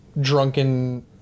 drunken